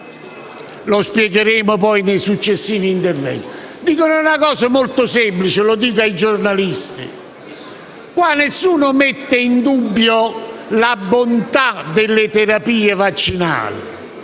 Lo spiegheremo nei successivi interventi, ma dicono una cosa molto semplice e mi rivolgo ai giornalisti: qua nessuno mette in dubbio la bontà delle terapie vaccinali,